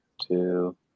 two